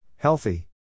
Healthy